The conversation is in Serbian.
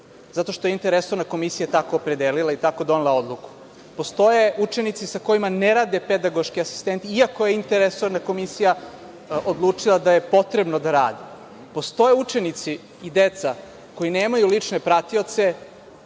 zato što je interresorna komisija tako opredelila i tako donela odluku. Postoje učenici sa kojima ne rade pedagoški asistenti, ako je interresorna komisija odlučila da je potrebno da rade. Postoje učenici i deca koji nemaju lične pratioce